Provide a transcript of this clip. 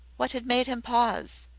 what had made him pause?